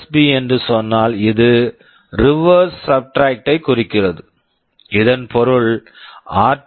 B RSB என்று சொன்னால் இது ரிவெர்ஸ் reverse சப்ட்ராக்ட் substract ஐக் குறிக்கிறது இதன் பொருள் ஆர் 2 ஆர் 1 r2 - r1